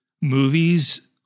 movies